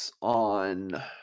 on